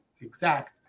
exact